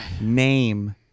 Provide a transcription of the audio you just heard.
Name